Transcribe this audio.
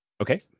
Okay